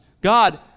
God